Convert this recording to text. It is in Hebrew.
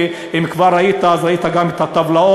ואם כבר היית אז ראית גם את הטבלאות,